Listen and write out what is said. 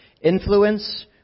influence